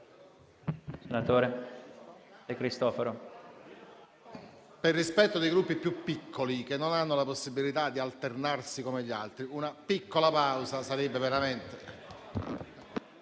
Signor Presidente, per rispetto dei Gruppi più piccoli, i cui membri non hanno la possibilità di alternarsi come gli altri, una piccola pausa sarebbe veramente